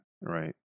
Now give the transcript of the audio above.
right